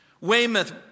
Weymouth